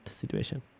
situation